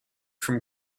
from